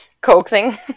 coaxing